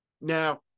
Now